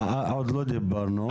עוד לא דיברנו.